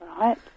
Right